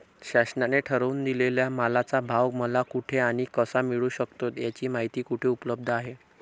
शासनाने ठरवून दिलेल्या मालाचा भाव मला कुठे आणि कसा मिळू शकतो? याची माहिती कुठे उपलब्ध आहे?